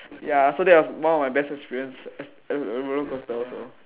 ya so that was one of my best experience roller coaster also